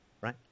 right